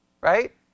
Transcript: Right